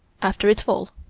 after its fall.